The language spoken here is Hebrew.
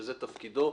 שזה תפקידו,